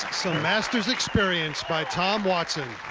some masters experience by tom watson.